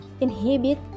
Inhibit